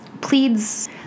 pleads